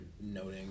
noting